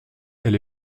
elle